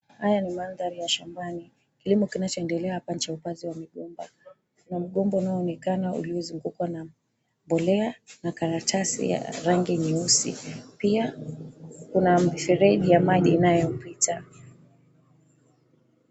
Haya ni madhari ya shambani kilimo kinachoendelea hapa ni cha upanzi wa migomba kuna mgomba unaonekana umezungukwa na mbolea na karatasi ya rangi nyeusi pia kuna mifereji ya maji inayopita.